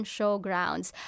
Showgrounds